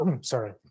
Sorry